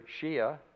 Shia